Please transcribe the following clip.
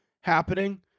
happening